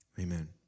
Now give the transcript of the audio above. Amen